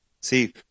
See